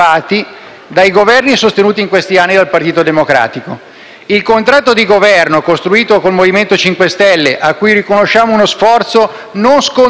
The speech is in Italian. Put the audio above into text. dai Governi sostenuti in questi anni dal Partito Democratico. Il contratto di Governo costruito con il Movimento 5 Stelle, cui riconosciamo uno sforzo non scontato